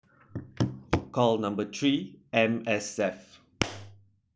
called number three M_S_F